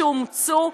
שאומצו,